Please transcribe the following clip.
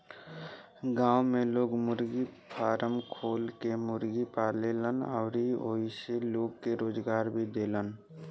गांव में लोग मुर्गी फारम खोल के मुर्गी पालेलन अउरी ओइसे लोग के रोजगार भी देलन